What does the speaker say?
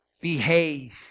Behave